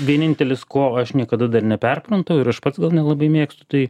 vienintelis ko aš niekada dar neperprantu ir aš pats gal nelabai mėgstu tai